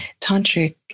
Tantric